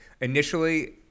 initially